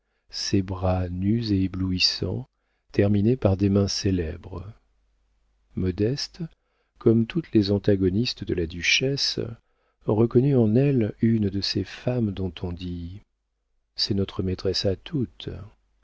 ses bras nus et éblouissants terminés par des mains célèbres modeste comme toutes les antagonistes de la duchesse reconnut en elle une de ces femmes dont on dit c'est notre maîtresse à toutes